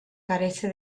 carece